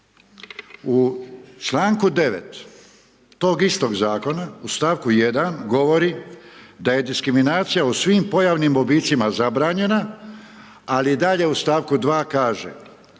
U članku 9., tog istog Zakona, u stavku 1., govori da je diskriminacija u svim pojavnim oblicima zabranjena, ali dalje u st. 2. kaže,